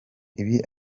ibi